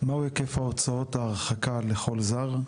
מהו היקף ההוצאות ההרחקה לכל זר?